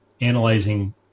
analyzing